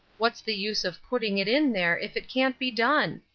what was the use of putting it in there if it can't be done?